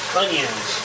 onions